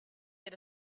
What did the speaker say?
get